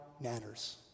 matters